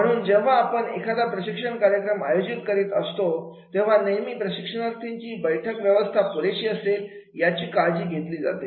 म्हणून जेव्हा आपण एखादा प्रशिक्षण कार्यक्रम आयोजित करीत असतो तेव्हा नेहमी प्रशिक्षणार्थींची बैठक व्यवस्था पुरेशी असेल याची काळजी घेत असतो